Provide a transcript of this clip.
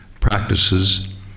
practices